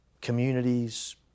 communities